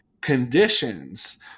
conditions